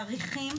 ותאריכים.